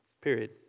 Period